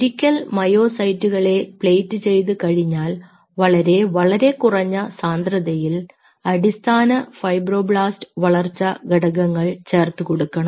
ഒരിക്കൽ മയോസൈറ്റുകളെ പ്ലേറ്റ് ചെയ്തുകഴിഞ്ഞാൽ വളരെ വളരെ കുറഞ്ഞ സാന്ദ്രതയിൽ അടിസ്ഥാന ഫൈബ്രോബ്ലാസ്റ്റ് വളർച്ച ഘടകങ്ങൾ ചേർത്തുകൊടുക്കണം